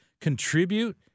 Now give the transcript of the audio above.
contribute